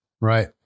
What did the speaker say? Right